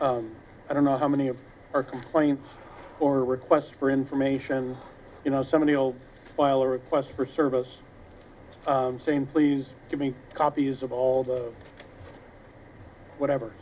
t i don't know how many of our complaints or requests for information you know some of the old boiler requests for service saying please give me copies of all the whatever